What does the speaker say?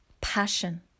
passion